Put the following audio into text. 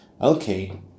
Okay